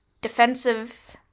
defensive